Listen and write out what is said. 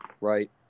right